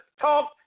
talk